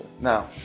Now